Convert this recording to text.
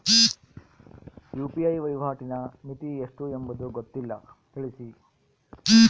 UPI ವಹಿವಾಟಿನ ಮಿತಿ ಎಷ್ಟು ಎಂಬುದು ಗೊತ್ತಿಲ್ಲ? ತಿಳಿಸಿ?